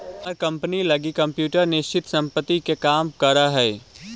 हमर कंपनी लगी कंप्यूटर निश्चित संपत्ति के काम करऽ हइ